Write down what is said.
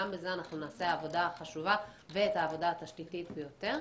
גם בזה אנחנו נעשה עבודה חשובה ואת העבודה התשתיתית ביותר.